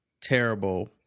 terrible